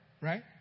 right